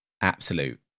absolute